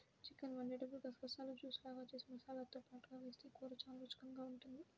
chicken వండేటప్పుడు గసగసాలను juice లాగా జేసి మసాలాతో పాటుగా వేస్తె కూర చానా రుచికరంగా ఉంటది